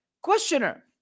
questioner